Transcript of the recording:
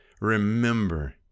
remember